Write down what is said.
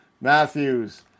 Matthews